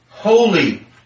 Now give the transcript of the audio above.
Holy